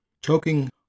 Choking